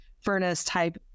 furnace-type